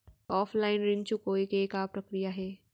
Offline ऋण चुकोय के का प्रक्रिया हे?